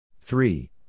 Three